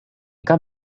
cap